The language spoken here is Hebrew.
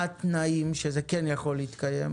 מה התנאים שזה כן יכול להתקיים?